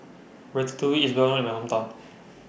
Ratatouille IS Well known in My Hometown